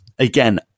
Again